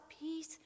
Peace